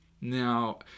Now